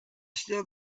still